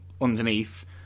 underneath